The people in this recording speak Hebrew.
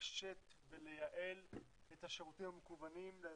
לפשט ולייעל את השירותים המקוונים לאזרחים,